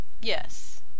Yes